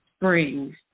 spring